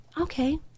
okay